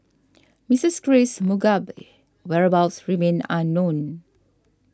Mistress Grace Mugabe whereabouts remain unknown